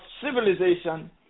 civilization